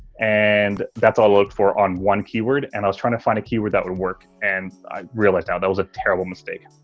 and that's all i look for on one keyword. and i was trying to find a keyword that would work. and i realized ah that was a terrible mistake.